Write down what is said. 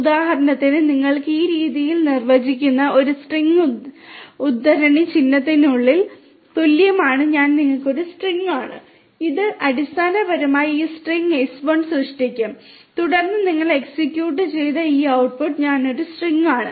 ഉദാഹരണത്തിന് നിങ്ങൾക്ക് ഈ രീതിയിൽ നിർവചിച്ചിരിക്കുന്ന ഒരു സ്ട്രിംഗ് ഉദ്ധരണി ചിഹ്നത്തിനുള്ളിൽ തുല്യമാണ് ഞാൻ ഒരു സ്ട്രിംഗ് ആണ് ഇത് അടിസ്ഥാനപരമായി ഈ സ്ട്രിംഗ് s1 സൃഷ്ടിക്കും തുടർന്ന് നിങ്ങൾ എക്സിക്യൂട്ട് ചെയ്താൽ നിങ്ങൾക്ക് ഈ ഔട്ട്ട്ട്പുട്ട് ഞാൻ ഒരു സ്ട്രിംഗ് ആണ്